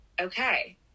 okay